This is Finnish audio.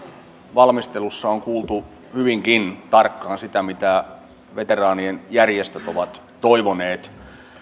valmistelussa on kuultu hyvinkin tarkkaan sitä mitä veteraanien järjestöt ovat toivoneet